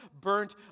burnt